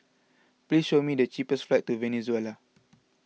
please show me the cheapest flights to Venezuela